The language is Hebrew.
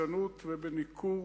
בבזבזנות ובניכור,